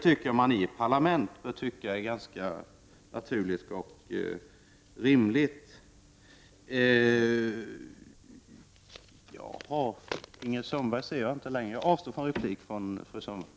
I ett parlament kan man tycka att det är ganska naturligt och rimligt. Jag måste avstå från replik till fru Sundberg.